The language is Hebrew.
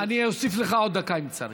אני אוסיף לך עוד דקה, אם צריך.